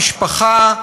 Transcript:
זה נכון למשפחה.